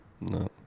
No